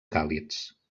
càlids